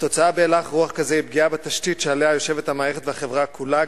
התוצאה בהלך רוח כזה היא פגיעה בתשתית שעליה יושבת המערכת והחברה כולה,